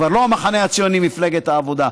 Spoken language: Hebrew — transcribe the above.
כבר לא המחנה הציוני-מפלגת העבודה.